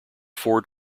ford